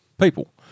people